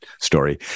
story